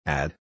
add